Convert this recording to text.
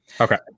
Okay